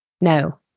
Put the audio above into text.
No